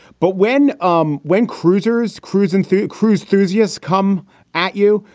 but when um when cruisers cruising through cruise cruises come at you.